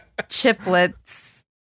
Chiplets